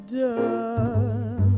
done